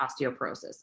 osteoporosis